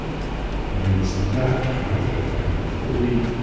mean, it's that kind of complete